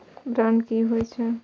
Bond की होई छै?